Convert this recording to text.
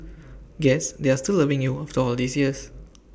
guess they are still loving you after all these years